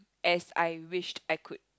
as I wish I could